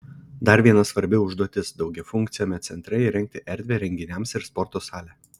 dar viena svarbi užduotis daugiafunkciame centre įrengti erdvę renginiams ir sporto salę